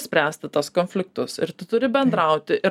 spręsti tuos konfliktus ir tu turi bendrauti ir